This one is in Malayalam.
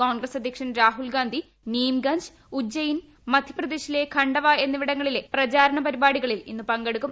കോൺഗ്രസ്സ് അധ്യക്ഷൻ രാഹുൽഗാന്ധി നീംഗഞ്ച് ഉജ്ജയിൻ മധ്യപ്രദേശിലെ ഖണ്ഡവാ എന്നിവിടങ്ങളില്ല പ്രചാരണ പരിപാടികളിൽ ഇന്ന് പങ്കെടുക്കും